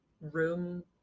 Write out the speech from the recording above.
room